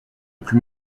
plus